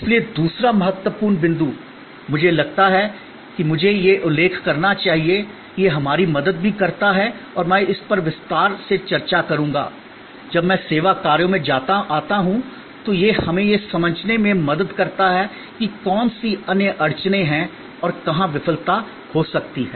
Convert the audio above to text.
इसलिए दूसरा महत्वपूर्ण बिंदु मुझे लगता है कि मुझे यह उल्लेख करना चाहिए कि यह हमारी मदद भी करता है और मैं इस पर विस्तार से चर्चा करूंगा जब मैं सेवा कार्यों में आता हूं तो यह हमें यह समझने में मदद करता है कि कौन सी अन्य अड़चनें हैं और कहां विफलता हो सकती है